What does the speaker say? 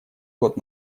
год